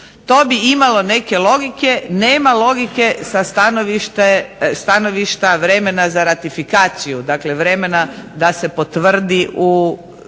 To bi imalo neke logike, nema logike sa stanovišta vremena za ratifikaciju. Dakle, vremena da se potvrdi u